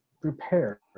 prepare